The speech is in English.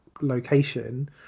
location